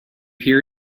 hear